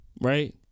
Right